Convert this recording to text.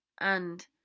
And